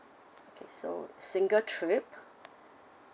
okay so single trip